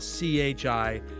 CHI